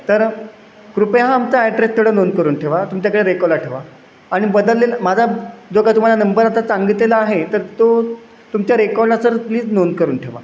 तर कृपया हा आमचा ॲड्रेस थोडा नोंद करून ठेवा तुमच्याकडे रेकॉला ठेवा आणि बदललेला माझा जो का तुम्हाला नंबर आता सांगितलेला आहे तर तो तुमच्या रेकॉर्डाचं प्लीज नोंद करून ठेवा